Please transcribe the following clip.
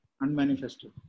unmanifested